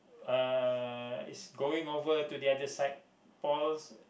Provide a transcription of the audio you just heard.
uh is going over to the other side Paul's